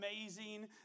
amazing